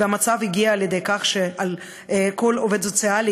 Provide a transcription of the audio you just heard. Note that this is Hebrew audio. והמצב הגיע לידי כך שלכל עובד סוציאלי